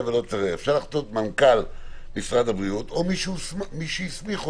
אפשר לכתוב מנכ"ל משרד הבריאות או מי שהסמיך אותו.